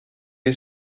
est